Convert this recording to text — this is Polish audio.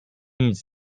nic